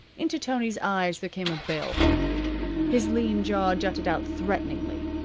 into tony's eyes there came a baleful gleam. his lean jaw jutted out threateningly.